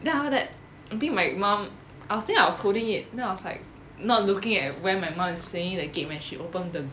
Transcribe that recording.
then after that I think my mom I think I was holding it then I was like not looking at where my mom is swinging the gate when she open the